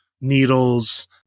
needles